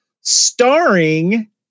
starring